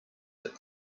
that